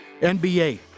NBA